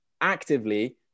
actively